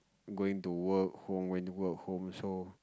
going to work home when work home so